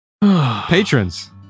Patrons